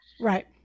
Right